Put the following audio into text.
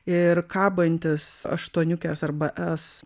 ir kabantis aštuoniukės arba s